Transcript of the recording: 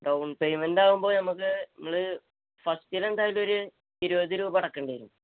down payment ആകുമ്പോൾ നമുക്ക് നമ്മൾ ഫസ്റ്റിലെന്തായാലും ഒരു ഇരുപത് രൂപ അടക്കേണ്ടി വരും